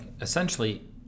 essentially